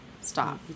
stop